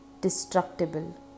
destructible